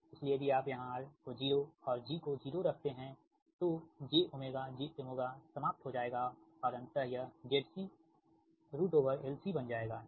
इसलिए यदि आप यहाँ r को 0 और g को 0 रखते हैतो jω jω समाप्त हो जाएगा और अंततः यह ZC LC बन जाएगा ठीक